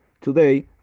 Today